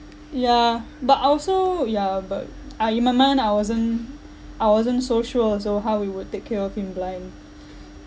yeah but I also ya but uh in my mind I wasn't I wasn't so sure also how we would take care of him blind